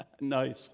Nice